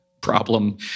problem